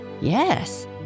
Yes